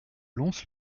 lons